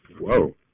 Whoa